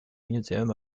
museum